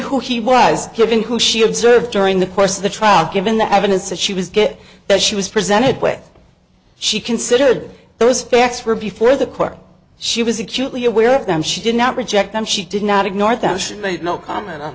who he was given who she observed during the course of the trial given the evidence that she was get that she was presented with she considered those facts were before the court she was acutely aware of them she did not reject them she did not ignore them she made no comment on